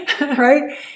right